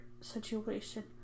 situation